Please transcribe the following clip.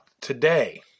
today